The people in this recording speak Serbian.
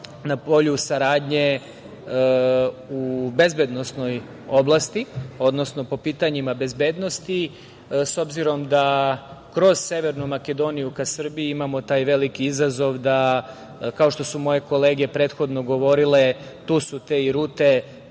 na polju saradnje u bezbednosnoj oblasti, odnosno po pitanjima bezbednosti.S obzirom, da kroz Severnu Makedoniju ka Srbiji imamo taj veliki izazov da, kao što su moje kolege prethodno govorile, tu su i te rute